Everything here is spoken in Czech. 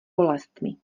bolestmi